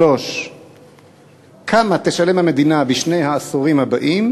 3. כמה תשלם המדינה בשני העשורים הבאים?